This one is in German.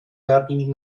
werden